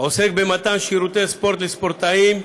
עוסק במתן שירותי ספורט לספורטאים,